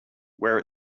where